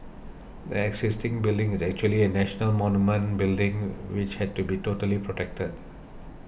the existing building is actually a national monument building which had to be totally protected